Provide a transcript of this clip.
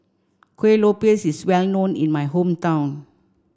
Kuih Lopes is well known in my hometown